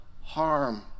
harm